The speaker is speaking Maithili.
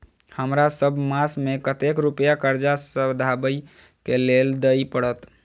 हमरा सब मास मे कतेक रुपया कर्जा सधाबई केँ लेल दइ पड़त?